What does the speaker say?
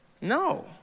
No